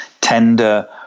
tender